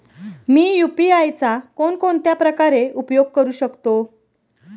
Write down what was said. मी UPI चा कोणकोणत्या प्रकारे उपयोग करू शकतो?